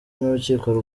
n’urukiko